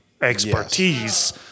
expertise